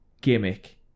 gimmick